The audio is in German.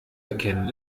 erkennen